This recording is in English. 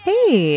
Hey